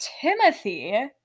Timothy